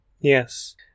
Yes